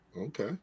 Okay